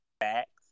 facts